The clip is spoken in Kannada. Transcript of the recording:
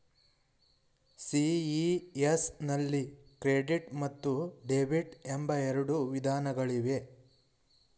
ಸಿ.ಇ.ಎಸ್ ನಲ್ಲಿ ಕ್ರೆಡಿಟ್ ಮತ್ತು ಡೆಬಿಟ್ ಎಂಬ ಎರಡು ವಿಧಾನಗಳಿವೆ